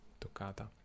toccata